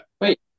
Wait